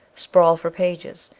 sprawl for pages,